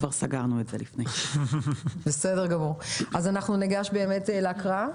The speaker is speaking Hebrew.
אז ניגש להקראה.